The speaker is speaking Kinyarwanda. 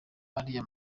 ariya